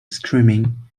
screaming